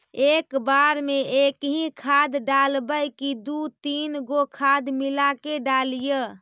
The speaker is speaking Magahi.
एक बार मे एकही खाद डालबय की दू तीन गो खाद मिला के डालीय?